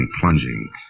plunging